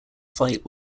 fight